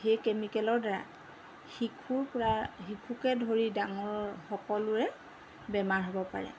সেই কেমিকেলৰ দ্বাৰা শিশুৰ পৰা শিশুকে ধৰি ডাঙৰ সকলোৰে বেমাৰ হ'ব পাৰে